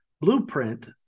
blueprint